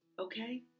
Okay